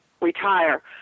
retire